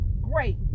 great